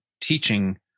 teaching